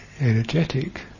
energetic